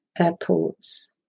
airports